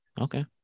Okay